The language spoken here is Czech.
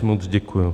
Moc děkuji.